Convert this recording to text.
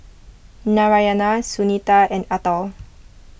Narayana Sunita and Atal